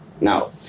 Now